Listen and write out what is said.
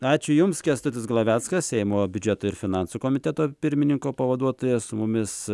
ačiū jums kęstutis glaveckas seimo biudžeto ir finansų komiteto pirmininko pavaduotojas su mumis